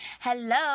hello